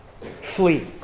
Flee